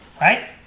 Right